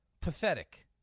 pathetic